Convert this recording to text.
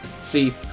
See